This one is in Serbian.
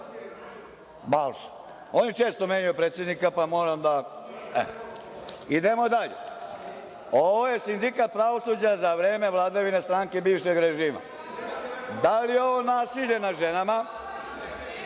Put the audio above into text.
Balša, oni često menjaju predsednika, pa moram da …Idemo dalje. Ovo je Sindikat pravosuđa za vreme vladavine stranke bivšeg režima. Da li je ovo nasilje nad